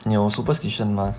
你有 superstition mah